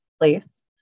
place